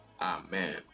Amen